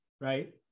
right